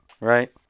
right